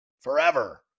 Forever